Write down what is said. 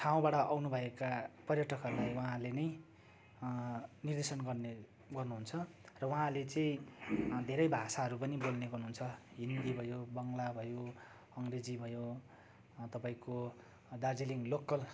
ठाउँबाट आउनु भएका पर्यटकहरूलाई उहाँले नै निर्देशन गर्ने गर्नु हुन्छ र उहाँले चाहिँ धेरै भाषाहरू पनि बोल्ने गर्नु हुन्छ हिन्दी भयो बङ्गला भयो अङ्ग्रेजी भयो अन्त तपाईँको दार्जिलिङ लोकल